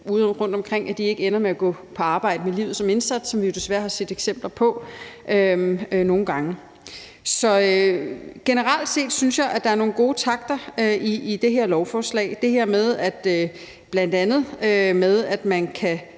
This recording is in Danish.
rundtomkring ikke ender med at gå på arbejde med livet som indsats, som vi desværre har set eksempler på nogle gange. Generelt set synes jeg, der er nogle gode takter i det her lovforslag. Det gælder bl.a. det her med fælles